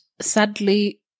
sadly